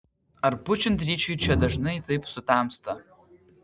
ar pučiant ryčiui čia dažnai taip sutemsta